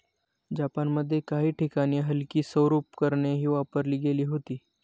जपानमध्ये काही ठिकाणी हलकी सौर उपकरणेही वापरली गेली होती